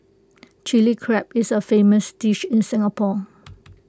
Chilli Crab is A famous dish in Singapore